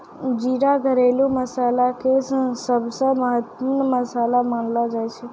जीरा घरेलू मसाला के सबसॅ महत्वपूर्ण मसाला मानलो जाय छै